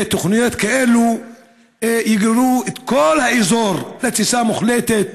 תוכניות כאלה יגררו את כל האזור לתסיסה מוחלטת,